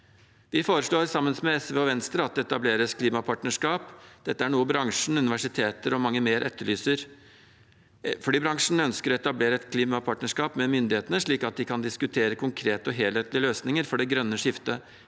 Vi foreslår sammen med SV og Venstre at det etableres klimapartnerskap. Dette er noe bransjen, universiteter og mange flere etterlyser. Flybransjen ønsker å etablere et klimapartnerskap med myndighetene, slik at de kan diskutere konkrete og helhetlige løsninger for det grønne skiftet.